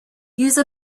use